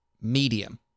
medium